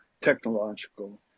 technological